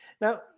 Now